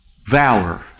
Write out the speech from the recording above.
Valor